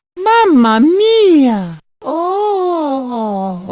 mama mia oh